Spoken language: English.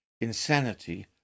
Insanity